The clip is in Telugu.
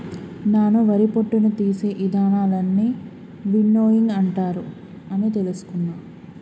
నాను వరి పొట్టును తీసే ఇదానాలన్నీ విన్నోయింగ్ అంటారు అని తెలుసుకున్న